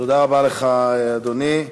תודה רבה לך, אדוני.